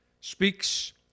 speaks